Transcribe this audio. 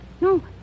no